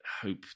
hope